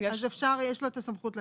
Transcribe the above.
יש לו הסמכות לתת.